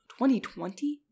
2020